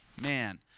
Man